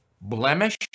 blemish